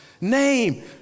name